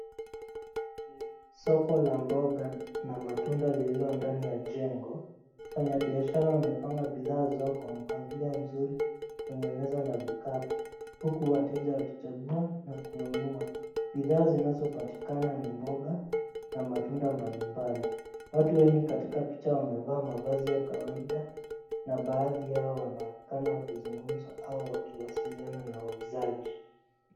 Soko la mboga na matunda lililo ndani ya jengo. Wafanyabiashara wamepanga bidhaa zao kwa mpangilio nzuri kwenye meza na vikapu huku wateja wakichagua na kununua. Bidhaa zinazopatikana ni mboga na matunda mbalimbali. Watu wengi katika picha wamevaa mavazi ya kawaida na baadhi yao wanaonekana kuzungumza au wakiwasiliana na wauzaji.